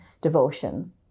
devotion